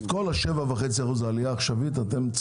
כל העלייה העכשווית של 7.5%,